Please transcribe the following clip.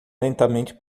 lentamente